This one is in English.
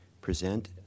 present